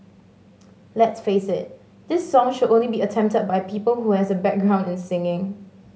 let's face it this song should only be attempted by people who has a background in singing